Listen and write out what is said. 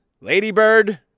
Ladybird